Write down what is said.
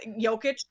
Jokic